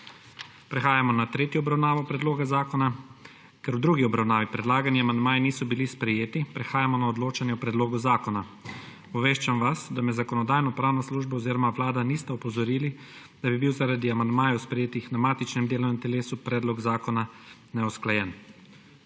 Prehajamo na tretjo obravnavo predloga zakona. Ker v drugi obravnavi predlagani amandmaji niso bili sprejeti, prehajamo na odločanje o predlogu zakona. Obveščam vas, da me Zakonodajno-pravna služba oziroma Vlada nista opozorili, da bi bil zaradi amandmajev, sprejetih na matičnem delovnem telesu, predlog zakona neusklajen.